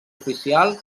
oficial